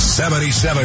77